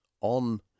on